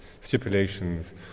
stipulations